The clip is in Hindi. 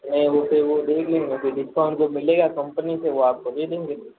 नहीं वो तो वो देगी नहीं तो डिस्काउंट जो मिलेगा कम्पनी से वो आपको दे देंगे